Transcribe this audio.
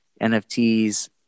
NFTs